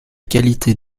qualité